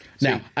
Now